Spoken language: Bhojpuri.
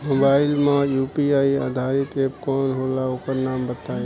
मोबाइल म यू.पी.आई आधारित एप कौन होला ओकर नाम बताईं?